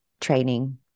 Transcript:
training